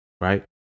right